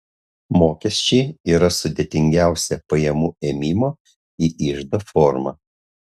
mokesčiai yra sudėtingiausia pajamų ėmimo į iždą forma